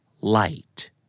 Light